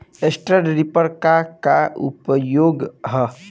Straw reaper क का उपयोग ह?